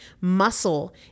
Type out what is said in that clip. Muscle